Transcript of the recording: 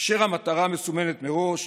כאשר המטרה מסומנת מראש,